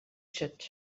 ket